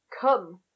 Come